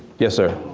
yes sir?